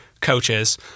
coaches